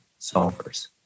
solvers